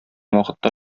вакытта